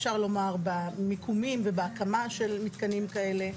אפשר לומר במיקומים ובהקמה של מתקנים כאלה.